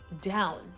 down